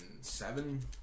seven